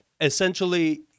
essentially